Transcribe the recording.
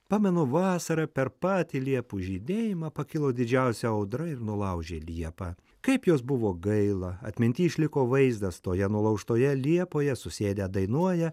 pamenu vasarą per patį liepų žydėjimą pakilo didžiausia audra ir nulaužė liepą kaip jos buvo gaila atminty išliko vaizdas toje nulaužtoje liepoje susėdę dainuoja